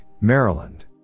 Maryland